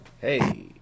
Hey